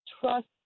trust